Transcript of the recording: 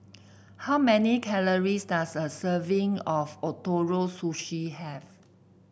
how many calories does a serving of Ootoro Sushi have